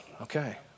okay